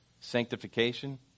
Sanctification